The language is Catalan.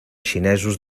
xinesos